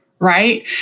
right